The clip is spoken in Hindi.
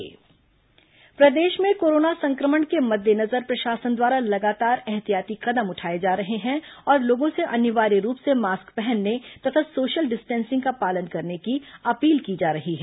कोरोना मास्क जुर्माना प्रदेश में कोरोना संक्रमण के मद्देनजर प्रशासन द्वारा लगातार ऐहतियाती कदम उठाए जा रहे हैं और लोगों से अनिवार्य रूप से मास्क पहनने तथा सोशल डिस्टेंसिंग का पालन करने की अपील की जा रही है